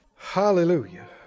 Hallelujah